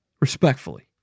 Respectfully